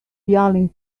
yelling